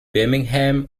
birmingham